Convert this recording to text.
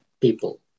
people